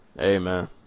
Amen